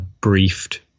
briefed